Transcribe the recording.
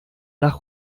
nach